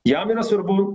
jam yra svarbu